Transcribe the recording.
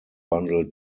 bundle